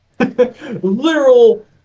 literal